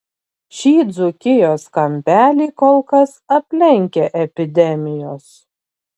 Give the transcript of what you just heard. šį dzūkijos kampelį kol kas aplenkia epidemijos